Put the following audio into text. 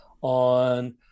on